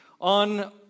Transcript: On